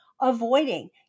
Avoiding